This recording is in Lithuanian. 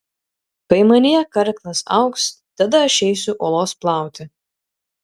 kai manyje karklas augs tada aš eisiu uolos plauti